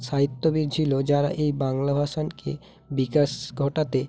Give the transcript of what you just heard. সাহিত্যবিদ ছিল যারা এই বাংলা ভাষাকে বিকাশ ঘটাতে